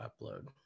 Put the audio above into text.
upload